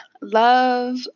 Love